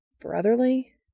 brotherly